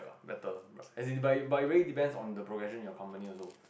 better as it by very depends on the progression of your companies also